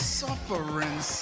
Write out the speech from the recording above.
suffering